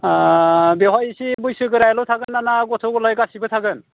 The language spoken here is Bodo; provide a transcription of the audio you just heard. आह बेवहाय इसे बैसो गोरायाल' थागोन्ना ना गथ' गथाय गासिबो थागोन